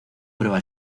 prueba